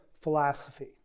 philosophy